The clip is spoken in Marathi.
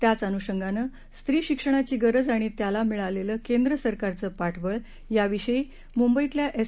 त्याच अनुषंगानं स्त्री शिक्षणाची गरज आणि त्याला मिळालं केंद्र सरकारचं पाठबळ याविषयी मुंबईतल्या एस